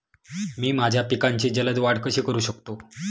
मी माझ्या पिकांची जलद वाढ कशी करू शकतो?